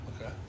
Okay